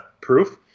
proof